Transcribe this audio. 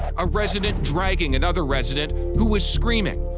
a resident dragging another resident who was screaming.